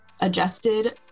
adjusted